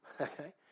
okay